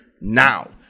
now